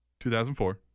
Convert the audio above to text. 2004